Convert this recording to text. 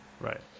Right